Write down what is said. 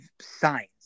science